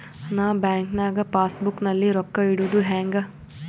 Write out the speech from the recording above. ನಾ ಬ್ಯಾಂಕ್ ನಾಗ passbook ನಲ್ಲಿ ರೊಕ್ಕ ಇಡುದು ಹ್ಯಾಂಗ್?